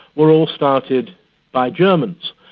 were all started by germans.